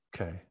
Okay